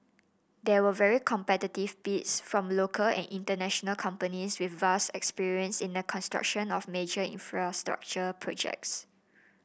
there were very competitive bids from local and international companies with vast experience in the construction of major infrastructure projects